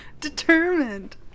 Determined